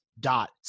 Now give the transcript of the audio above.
dot